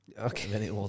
Okay